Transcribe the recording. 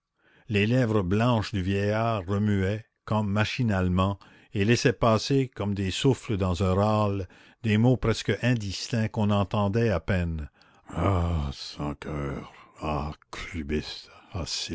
les lèvres blanches du vieillard remuaient comme machinalement et laissaient passer comme des souffles dans un râle des mots presque indistincts qu'on entendait à peine ah sans coeur ah